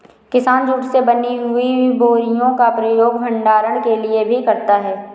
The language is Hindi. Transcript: किसान जूट से बनी हुई बोरियों का प्रयोग भंडारण के लिए भी करता है